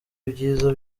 ibyiza